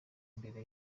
imbere